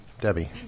Debbie